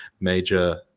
major